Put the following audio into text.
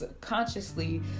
consciously